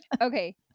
Okay